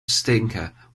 stinker